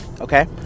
okay